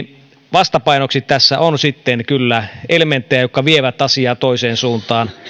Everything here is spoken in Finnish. vastapainoksi tässä on sitten kyllä elementtejä jotka vievät asiaa toiseen suuntaan